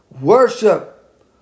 worship